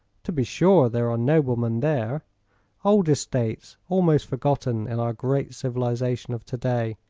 to be sure there are noblemen there old estates almost forgotten in our great civilization of to-day.